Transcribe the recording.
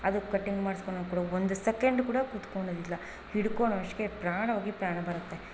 ಅದಕ್ಕೆ ಕಟ್ಟಿಂಗ್ ಮಾಡ್ಸ್ಕೊಳ್ಳೋ ಒಂದು ಸೆಕೆಂಡ್ ಕೂಡ ಕೂತ್ಕೋಳ್ಳೋದಿಲ್ಲ ಹಿಡ್ಕೊಳ್ಳೋವಷ್ಟಿಗೆ ಪ್ರಾಣ ಹೋಗಿ ಪ್ರಾಣ ಬರುತ್ತೆ